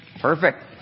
Perfect